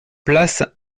place